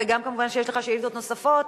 וגם כמובן יש לך שאילתות נוספות,